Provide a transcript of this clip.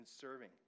serving